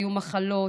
היו מחלות,